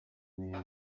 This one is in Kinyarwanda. n’ibindi